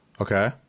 okay